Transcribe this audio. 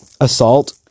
assault